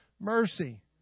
mercy